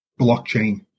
blockchain